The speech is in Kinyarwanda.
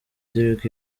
dereck